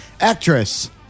Actress